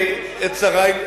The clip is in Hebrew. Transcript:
לא שמעתי את שאלתך.